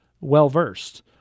well-versed